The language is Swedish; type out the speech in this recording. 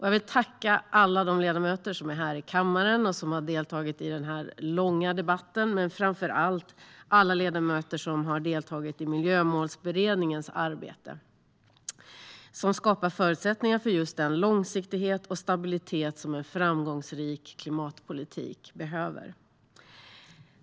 Jag vill tacka alla de ledamöter som är här i kammaren och som har deltagit i den här långa debatten men framför allt alla ledamöter som har deltagit i Miljömålsberedningens arbete, som skapar förutsättningar för just den långsiktighet och stabilitet som en framgångsrik klimatpolitik behöver.